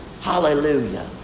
Hallelujah